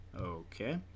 okay